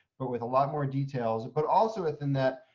but with a lot more detail. but also within that,